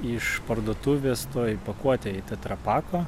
iš parduotuvės toj pakuotėj tetrapako